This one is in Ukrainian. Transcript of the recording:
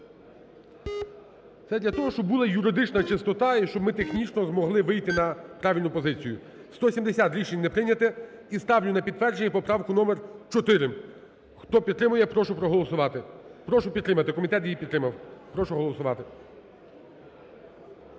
Це для того, щоб була юридична чистота і щоб ми технічно змогли вийти на правильну позицію. 16:51:39 За-170 Рішення не прийнято. І ставлю на підтвердження поправку номер 4. Хто підтримує, я прошу проголосувати. Прошу підтримати. Комітет її підтримав. Прошу голосувати.